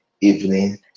evening